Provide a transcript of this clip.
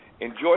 enjoy